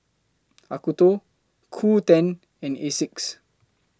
Acuto Qoo ten and Asics